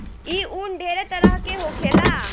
ई उन ढेरे तरह के होखेला